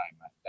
time